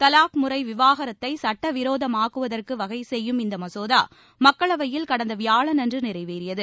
தலாக் முறை விவாகரத்தை சட்ட விரோதமாக்குவதற்கு வகை செய்யும் இந்த மசோதா மக்களவையில் கடந்த வியாழனன்று நிறைவேறியது